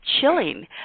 chilling